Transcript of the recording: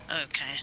Okay